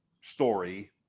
story